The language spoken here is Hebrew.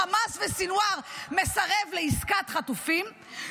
-- שחמאס וסנוואר מסרבים לעסקת חטופים.